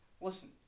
listen